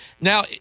Now